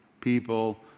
people